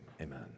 Amen